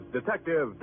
Detective